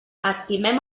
estimem